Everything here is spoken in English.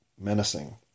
menacing